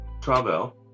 travel